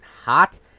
hot